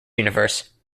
universe